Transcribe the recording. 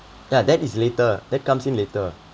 yeah that is later that comes in later